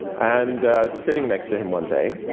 and sitting next to him one day,